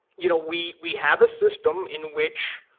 you know, we we have a system in which